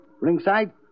Ringside